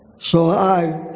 so i